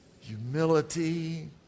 humility